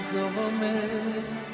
government